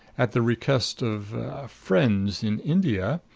at the request of er friends in india,